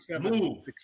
move